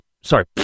sorry